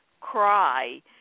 cry